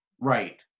Right